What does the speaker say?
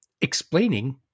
explaining